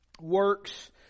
works